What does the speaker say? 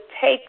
take